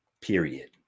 period